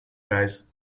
guys